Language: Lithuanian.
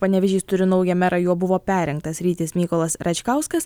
panevėžys turi naują merą juo buvo perrinktas rytis mykolas račkauskas